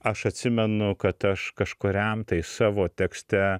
aš atsimenu kad aš kažkuriam tai savo tekste